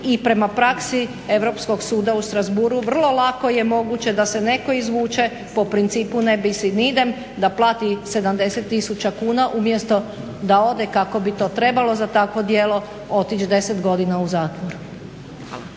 i prema praksi Europskog suda u Strasbourgu vrlo lako je moguće da se netko izvuče po principu ne bis in idem da plati 70000 kuna umjesto da ode kako bi to trebalo za takvo djelo otići 10 godina u zatvor.